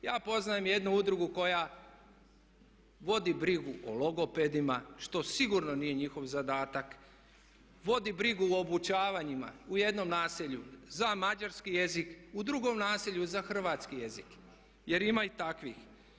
Ja poznajem jednu udrugu koja vodi brigu o logopedima što sigurno nije njihov zadatak, vodi brigu o obučavanjima u jednom naselju za mađarski jezik, u drugom naselju za hrvatski jezik, jer ima i takvih.